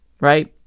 right